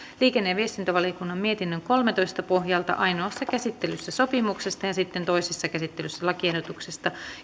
liikenne ja viestintävaliokunnan mietinnön kolmetoista pohjalta ainoassa käsittelyssä sopimuksesta ja sitten toisessa käsittelyssä lakiehdotuksesta